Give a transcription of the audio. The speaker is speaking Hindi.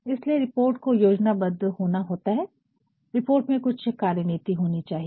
इसलिए रिपोर्ट को योजनाबद्ध होना होता है रिपोर्ट में कुछ कार्यनीति होनी चाहिए